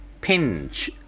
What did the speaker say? Pinch